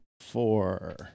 Four